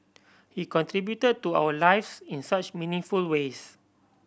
he contribute to our lives in such meaningful ways